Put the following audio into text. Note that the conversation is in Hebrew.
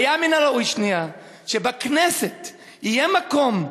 היה מן הראוי שבכנסת יהיה מקום,